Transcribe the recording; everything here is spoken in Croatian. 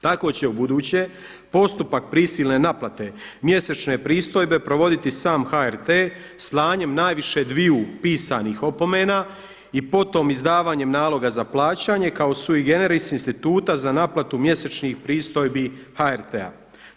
Tako će u buduće postupak prisilne naplate mjesečne pristojbe provoditi sam HRT slanjem najviše dviju pisanih opomena i potom izdavanjem naloga za plaćanje kao sui generis instituta za naplatu mjesečnih pristojbi HRT-a.